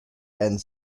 and